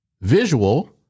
visual